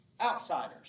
outsiders